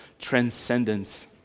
transcendence